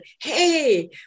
hey